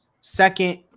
second